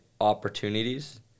opportunities